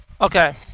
Okay